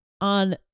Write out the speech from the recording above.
on